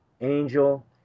Angel